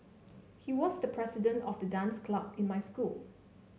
he was the president of the dance club in my school